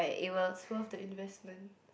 it's worth the investment